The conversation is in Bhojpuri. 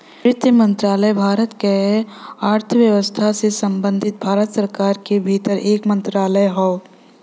वित्त मंत्रालय भारत क अर्थव्यवस्था से संबंधित भारत सरकार के भीतर एक मंत्रालय हौ